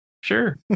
Sure